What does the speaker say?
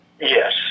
Yes